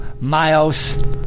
miles